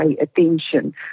attention